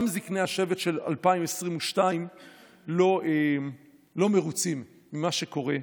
גם זקני השבט של 2022 לא מרוצים ממה שקורה.